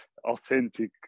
authentic